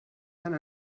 tant